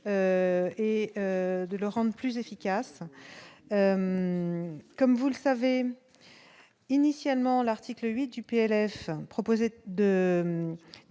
et de le rendre plus efficace. Comme vous le savez, initialement, l'article 8 du PLF proposé de